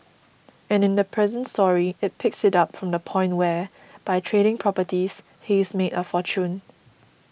and in the present story it picks it up from the point where by trading properties he's made a fortune